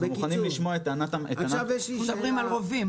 אנחנו מוכנים לשמוע את טענת --- אנחנו מדברים על רובים,